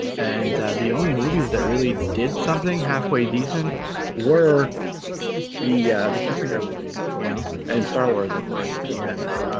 and the only movies that really did something halfway decent were the yeah the superhero movies you know and star wars of course at the end but